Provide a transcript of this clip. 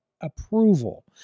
approval